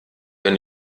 wenn